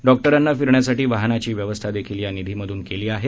डॉक्टरांना फिरण्यासाठी वाहनाची व्यवस्था देखील या निधीमधून केली आहे